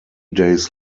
days